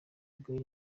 again